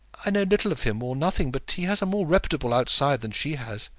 i know little of him or nothing, but he has a more reputable outside than she has.